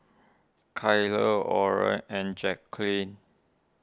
Kyler Oren and Jacquline